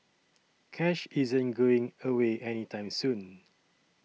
cash isn't going away any time soon